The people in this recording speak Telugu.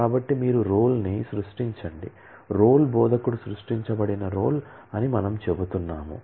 కాబట్టి మీరు రోల్ ను సృష్టించండి రోల్ బోధకుడు సృష్టించబడిన రోల్ అని మనము చెబుతున్నాము